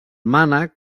mànec